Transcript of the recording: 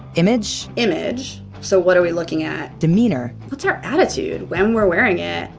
image image, so what are we looking at? demeanor what's our attitude when we're wearing it?